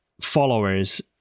followers